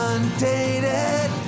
Undated